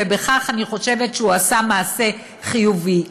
ובכך אני חושבת שנעשה מעשה חיובי.